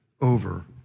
over